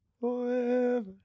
forever